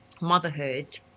motherhood